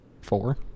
Four